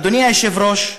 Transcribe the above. אדוני היושב-ראש,